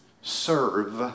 serve